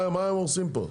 מה הם הורסים פה?